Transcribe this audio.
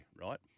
right